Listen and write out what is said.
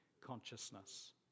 consciousness